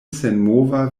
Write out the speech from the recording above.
senmova